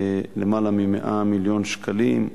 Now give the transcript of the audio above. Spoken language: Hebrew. למעלה מ-100 מיליון שקלים,